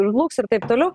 žlugs ir taip toliau